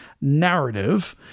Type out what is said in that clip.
narrative